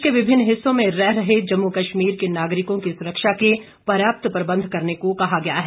देश के विभिन्न हिस्सों में रह रहे जम्मू कश्मीर के नागरिकों की सुरक्षा के पर्याप्त प्रबंध करने को कहा गया है